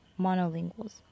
monolinguals